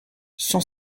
cent